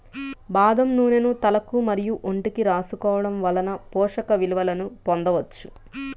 బాదం నూనెను తలకు మరియు ఒంటికి రాసుకోవడం వలన పోషక విలువలను పొందవచ్చు